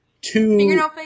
two